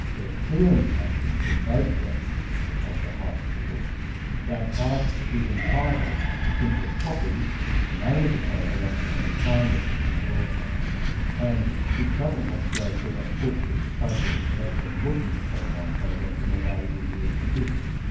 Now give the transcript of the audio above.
there are clear indications in both judgments of the high court that ice is entitled to simply copy the name of the program and the time that it's to be broadcast and it doesn't have to go through that tortuous process of actually looking at channel nine programs and then adding in the extra bits.